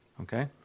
okay